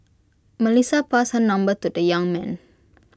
Melissa passed her number to the young man